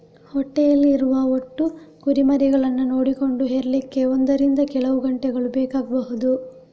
ಹೊಟ್ಟೆಯಲ್ಲಿ ಇರುವ ಒಟ್ಟು ಕುರಿಮರಿಗಳನ್ನ ನೋಡಿಕೊಂಡು ಹೆರ್ಲಿಕ್ಕೆ ಒಂದರಿಂದ ಕೆಲವು ಗಂಟೆಗಳು ಬೇಕಾಗ್ಬಹುದು